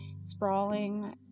sprawling